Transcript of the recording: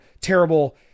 terrible